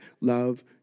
love